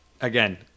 Again